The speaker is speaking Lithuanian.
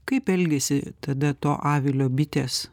kaip elgiasi tada to avilio bitės